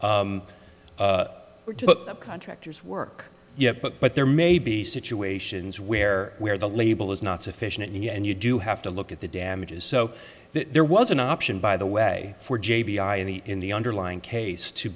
the contractor's work yet but but there may be situations where where the label is not sufficient you know and you do have to look at the damages so that there was an option by the way for j b i in the in the underlying case to